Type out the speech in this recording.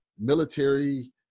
military